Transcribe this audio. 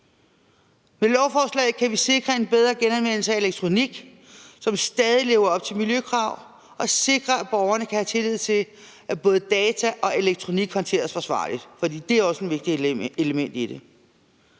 Med lovforslaget kan vi sikre en bedre genanvendelse af elektronik, som stadig lever op til miljøkrav, og sikre, at borgerne kan have tillid til, at både data og elektronik håndteres forsvarligt, for det er også et vigtigt element i det.